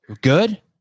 Good